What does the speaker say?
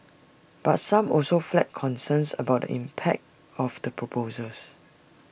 but some also flagged concerns about the impact of the proposals